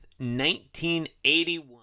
1981